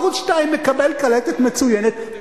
ערוץ-2 מקבל קלטת מצוינת,